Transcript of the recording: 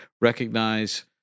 recognize